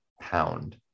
pound